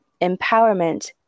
empowerment